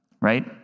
right